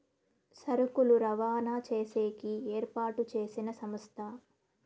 సరుకులు రవాణా చేసేకి ఏర్పాటు చేసిన సంస్థ